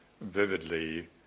vividly